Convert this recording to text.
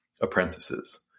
apprentices